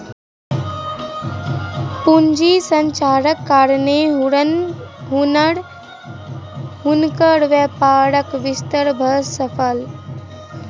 पूंजी संरचनाक कारणेँ हुनकर व्यापारक विस्तार भ सकल